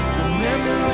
Remember